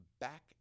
back